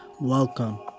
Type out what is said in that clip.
Welcome